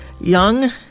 Young